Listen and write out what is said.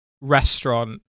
restaurant